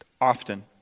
often